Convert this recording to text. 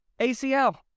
ACL